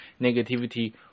negativity